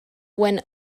when